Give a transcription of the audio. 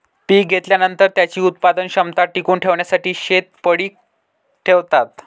पीक घेतल्यानंतर, त्याची उत्पादन क्षमता टिकवून ठेवण्यासाठी शेत पडीक ठेवतात